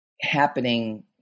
happening